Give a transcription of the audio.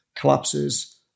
collapses